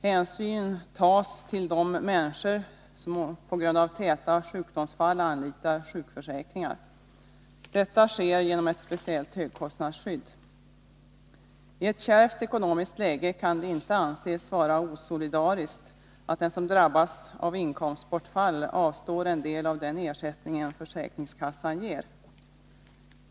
Hänsyn tas till de människor som på grund av täta sjukdomsfall anlitar sjukförsäkringar. Detta sker genom ett speciellt högkostnadsskydd. I ett kärvt ekonomiskt läge kan det inte anses vara osolidariskt att den som drabbas av inkomstbortfall avstår en del av den ersättning försäkringskassan ger.